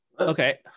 Okay